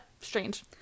Strange